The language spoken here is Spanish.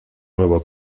nuevo